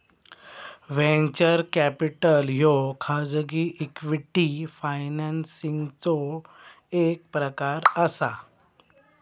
venture capital ह्यो खाजगी equity फायनान्सिंगचो एक प्रकार असा